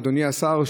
אדוני השר,